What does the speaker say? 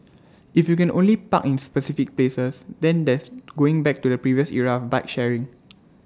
if you can only park in specific places then that's going back to the previous era of bike sharing